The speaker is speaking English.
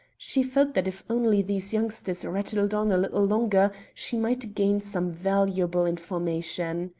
she felt that if only these youngsters rattled on a little longer she might gain some valuable information.